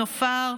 נופר,